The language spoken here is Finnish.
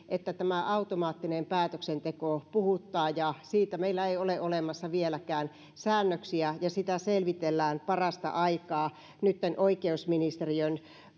että tämä automaattinen päätöksenteko puhuttaa ja siitä meillä ei ole olemassa vieläkään säännöksiä ja sitä selvitellään parasta aikaa nytten oikeusministeriön